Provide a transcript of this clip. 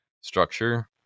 structure